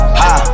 ha